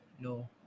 no